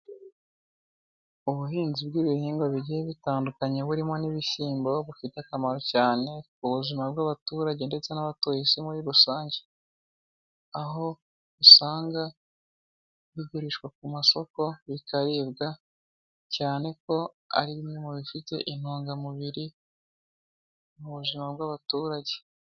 Ubuhinzi bw'ibihingwa bigiye bitandukanye burimo n'ibishyimbo bufite akamaro cyane, ku buzima bw'abaturage ndetse n'abatuye isi muri rusange. Aho usanga, bigurishwa ku masoko bikaribwa, cyane ko ari bimwe mu bifite intungamubiri, mu buzima bw'abaturage.